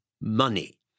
money